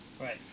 Right